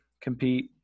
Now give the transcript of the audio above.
compete